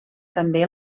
també